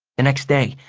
the next day,